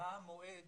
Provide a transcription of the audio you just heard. מה המועד